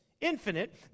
infinite